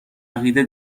عقیده